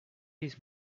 his